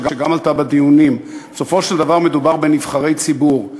שגם עלתה בדיונים: בסופו של דבר מדובר בנבחרי ציבור,